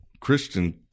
Christian